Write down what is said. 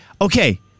Okay